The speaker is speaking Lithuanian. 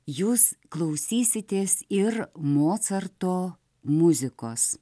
jūs klausysitės ir mocarto muzikos